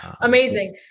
Amazing